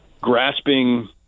grasping